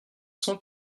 cent